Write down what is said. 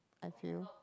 I feel